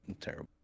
terrible